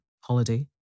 holiday